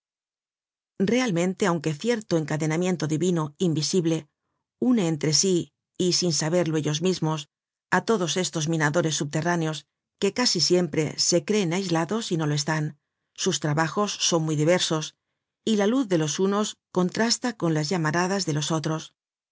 realmente aunque cierto encadenamiento divino invisible une entre sí y sin saberlo ellos mismos á todos estos minadores subterrá neos que casi siempre se creen aislados y no lo están sus trabajos son muy diversos y la luz de los unos contrasta con las llamaradas de los otros